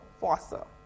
fossa